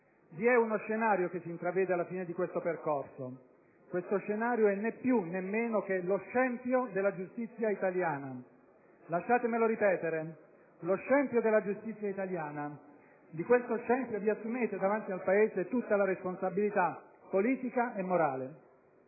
Vi è uno scenario che si intravede alla fine di questo percorso. Questo scenario è né più né meno che lo scempio della giustizia italiana. Lasciatemelo ripetere: lo scempio della giustizia italiana. Di questo scempio vi assumete davanti al Paese tutta la responsabilità politica e morale.